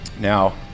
Now